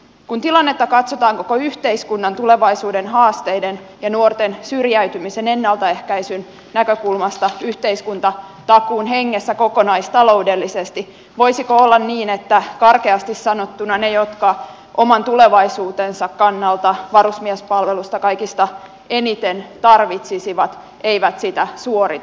kun tilannetta katsotaan koko yhteiskunnan tulevaisuuden haasteiden ja nuorten syrjäytymisen ennaltaehkäisyn näkökulmasta yhteiskuntatakuun hengessä kokonaistaloudellisesti voisiko olla niin että karkeasti sanottuna ne jotka oman tulevaisuutensa kannalta varusmiespalvelusta kaikista eniten tarvitsisivat eivät sitä suorita